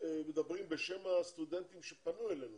מדברים בשם הסטודנטים שפנו אלינו